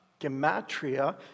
Gematria